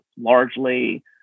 largely